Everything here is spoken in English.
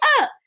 up